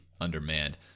undermanned